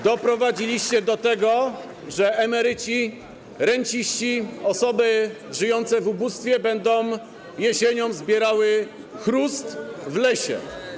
Doprowadziliście do tego, że emeryci, renciści, osoby żyjące w ubóstwie będą jesienią zbierali chrust w lesie.